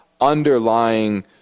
underlying